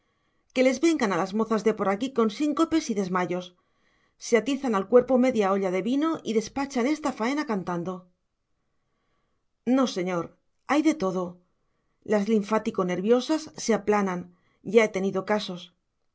que les vengan a las mozas de por aquí con síncopes y desmayos se atizan al cuerpo media olla de vino y despachan esta faena cantando no señor hay de todo las linfático nerviosas se aplanan yo he tenido casos